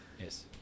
Yes